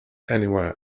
anywhere